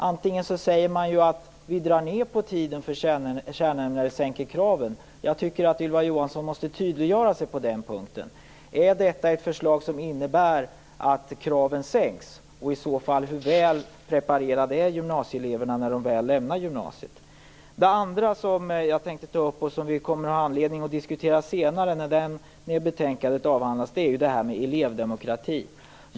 Antingen säger man att man drar ned på tiden för kärnämnena eller sänker kraven. Jag tycker att Ylva Johansson måste tydliggöra sig på den punkten. Är detta ett förslag som innebär att kraven sänks? Hur väl preparerade är i så fall gymnasieeleverna när de lämnar gymnasiet? Den andra frågan jag tänkte ta upp, som vi kommer att ha anledning att diskutera senare när det betänkandet avhandlas, är elevdemokratin.